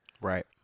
Right